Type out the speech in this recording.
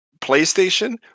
playstation